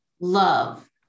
love